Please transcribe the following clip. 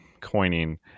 coining